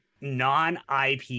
non-IP